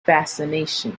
fascination